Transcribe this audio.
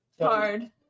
Hard